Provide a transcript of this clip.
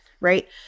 right